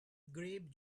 grape